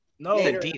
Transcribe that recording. No